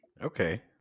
okay